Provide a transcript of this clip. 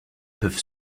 peuvent